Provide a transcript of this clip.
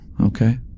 Okay